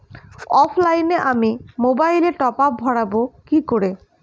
অফলাইনে আমি মোবাইলে টপআপ ভরাবো কি করে?